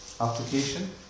Application